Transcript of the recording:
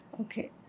Okay